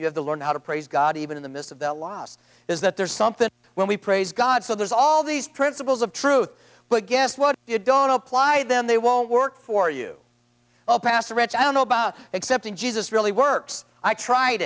you have to learn how to praise god even in the midst of the loss is that there's something when we praise god so there's all these principles of truth but guess what you don't apply them they won't work for you oh pastor rich i don't know about except in jesus really works i tried